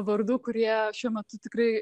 vardų kurie šiuo metu tikrai